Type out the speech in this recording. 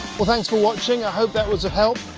well thanks for watching. i hope that was a help.